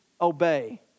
obey